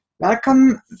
Welcome